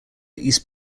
east